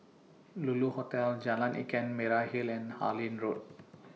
Lulu Hotel Jalan Ikan Merah Hill and Harlyn Road